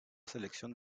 selección